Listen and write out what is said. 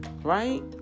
right